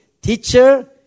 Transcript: teacher